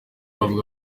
bavuga